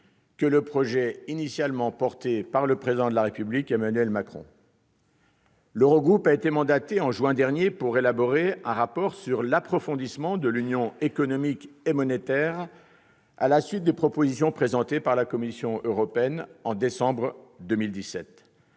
que le projet initialement porté par le Président de la République, Emmanuel Macron. L'Eurogroupe a été mandaté en juin dernier pour élaborer un rapport sur l'approfondissement de l'Union économique et monétaire, à la suite des propositions présentées par la Commission européenne en décembre 2017.